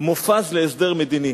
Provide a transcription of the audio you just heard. מופז להסדר מדיני.